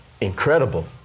incredible